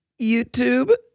YouTube